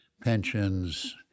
pensions